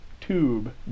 tube